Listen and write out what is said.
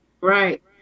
Right